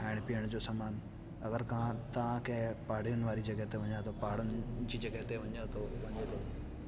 खाइणु पीअण जो सामान अगरि कार तव्हां कंहिं पहाड़ियुनि वारी जॻहि ते वञा थो पहाड़ियुनि जी जॻहि ते वञा थो वञे थो